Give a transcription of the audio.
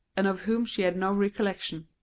and of whom she had no recollection.